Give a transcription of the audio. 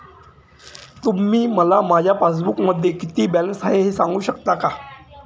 तुम्ही मला माझ्या पासबूकमध्ये किती बॅलन्स आहे हे सांगू शकता का?